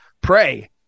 pray